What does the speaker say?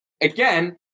again